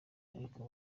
ariko